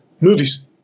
movies